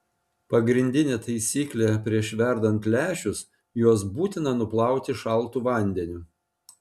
pagrindinė taisyklė prieš verdant lęšius juos būtina nuplauti šaltu vandeniu